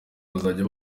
bazajya